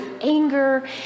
anger